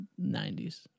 90s